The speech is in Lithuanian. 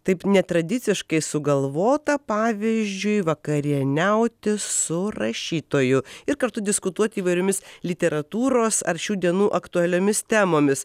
taip netradiciškai sugalvota pavyzdžiui vakarieniauti su rašytoju ir kartu diskutuoti įvairiomis literatūros ar šių dienų aktualiomis temomis